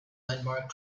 landmark